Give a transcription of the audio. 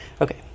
Okay